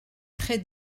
très